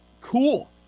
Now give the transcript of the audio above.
Cool